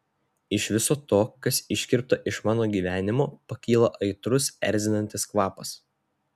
iš viso to kas iškirpta iš mano gyvenimo pakyla aitrus erzinantis kvapas